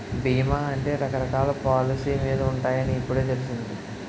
బీమా అంటే రకరకాల పాలసీ మీద ఉంటాయని ఇప్పుడే తెలిసింది